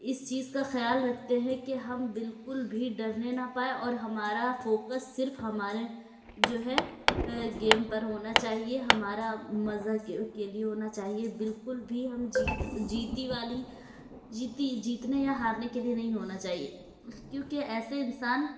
اس چیز کا خیال رکھتے ہیں کہ ہم بالکل بھی ڈرنے نہ پائیں اور ہمارا فوکس صرف ہمارے جو ہے گیم پر ہونا چاہیے ہمارا مزہ کے کے لیے ہونا چاہیے بالکل بھی ہم جیت جیتی والی جیتی جیتنے یا ہارنے کے لیے نہیں ہونا چاہیے کیونکہ ایسے انسان